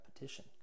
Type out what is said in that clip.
repetition